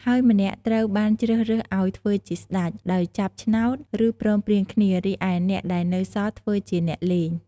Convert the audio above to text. ហើយម្នាក់ត្រូវបានជ្រើសរើសឱ្យធ្វើជា "ស្តេច" ដោយចាប់ឆ្នោត ឬព្រមព្រៀងគ្នា រីឯអ្នកដែលនៅសល់ធ្វើជា "អ្នកលេង"។